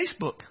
Facebook